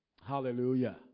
Hallelujah